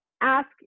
ask